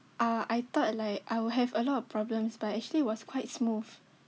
uh I thought like I'll have a lot of problems but actually it was quite smooth